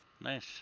Nice